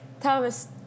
Thomas